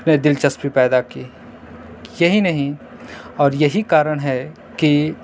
میں دلچسپی پیدا کی یہی نہیں اور یہی کارن ہے کہ